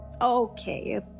Okay